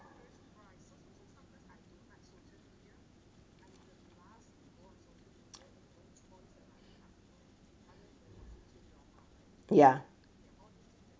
ya